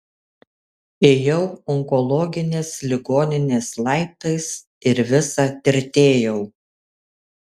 ėjau onkologinės ligoninės laiptais ir visa tirtėjau